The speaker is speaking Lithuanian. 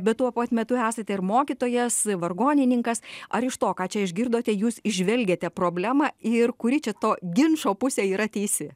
bet tuo pat metu esate ir mokytojas vargonininkas ar iš to ką čia išgirdote jūs įžvelgiate problemą ir kuri čia to ginčo pusė yra teisi